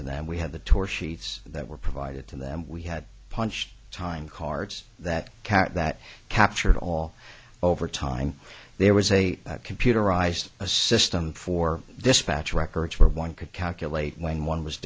to them we had the tour sheets that were provided to them we had punch time cards that kept that captured all over time there was a computerized system for dispatch records where one could calculate when one was